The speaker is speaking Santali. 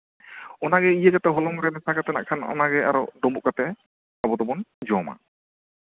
ᱚᱱᱟᱜᱮ ᱤᱭᱟᱹ ᱠᱟᱛᱮᱫ ᱦᱚᱞᱚᱝ ᱨᱮ ᱢᱮᱥᱟ ᱠᱟᱛᱮᱫ ᱱᱟᱜ ᱠᱷᱟᱱ ᱚᱱᱟ ᱜᱮ ᱦᱚᱞᱚᱝ ᱨᱮ ᱟᱨᱚ ᱰᱳᱷᱵᱳᱜ ᱠᱟᱛᱮᱫ ᱟᱵᱚ ᱫᱚᱵᱚᱱ ᱡᱚᱢᱟ